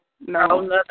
no